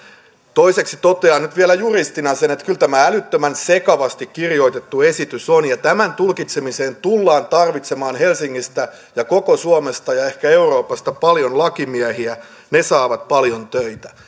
toiseksi totean nyt vielä juristina sen että kyllä älyttömän sekavasti kirjoitettu esitys on ja tämän tulkitsemiseen tullaan tarvitsemaan helsingistä ja koko suomesta ja ehkä euroopasta paljon lakimiehiä he saavat paljon töitä